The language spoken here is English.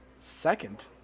second